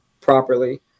properly